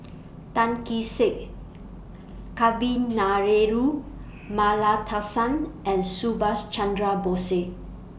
Tan Kee Sek Kavignareru Amallathasan and Subhas Chandra Bose